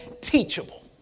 teachable